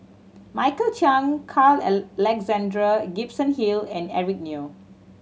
Michael Chiang Carl Alexander Gibson Hill and Eric Neo